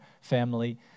family